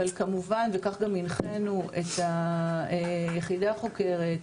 כמובן, וכך גם הנחינו את היחידה החוקרת,